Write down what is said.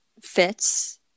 fits